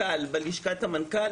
בלשכת המנכ"ל